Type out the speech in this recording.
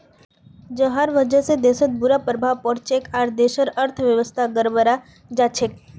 जहार वजह से देशत बुरा प्रभाव पोरछेक आर देशेर अर्थव्यवस्था गड़बड़ें जाछेक